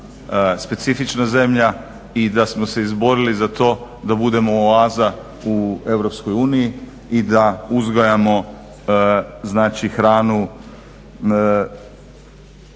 specifična zemlja i da smo se izborili za to da budemo oaza u Europskoj uniji i da